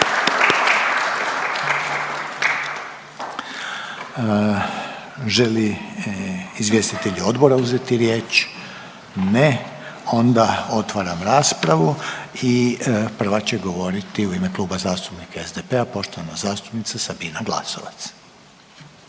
li izvjestitelji odbora uzeti riječ? Ne, onda otvaram raspravu, prva na redu je u ime Kluba zastupnika MOST-a poštovana kolegica Selak Raspudić.